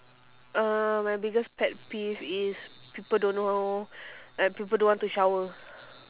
uh my biggest pet peeve is people don't know like people don't want to shower